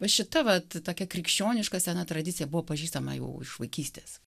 šita vat tokia krikščioniška sena tradicija buvo pažįstama jau iš vaikystės